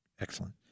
excellent